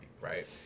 Right